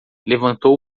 levantou